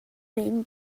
main